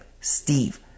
Steve